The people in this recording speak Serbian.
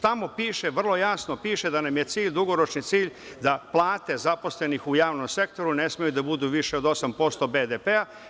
Tamo vrlo jasno piše da nam je dugoročni cilj da plate zaposlenih u javnom sektoru ne smeju da budu više od 8% BDP.